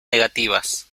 negativas